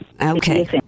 Okay